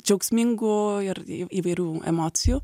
džiaugsmingų ir įvairių emocijų